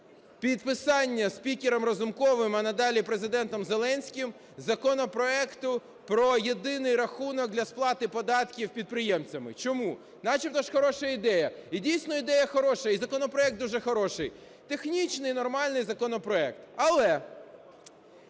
підписання спікером Разумковим, а надалі Президентом Зеленським законопроекту про єдиний рахунок для сплати податків підприємцями. Чому? Начебто ж хороша ідея. І дійсно ідея хороша. І законопроект дуже хороший. Технічний, нормальний законопроект. Але